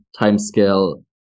timescale